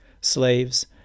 Slaves